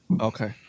Okay